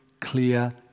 clear